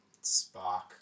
spark